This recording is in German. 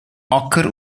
acker